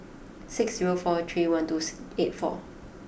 six zero four three one two six eight four